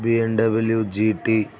B M W G T